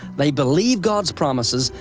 they believe god's promises,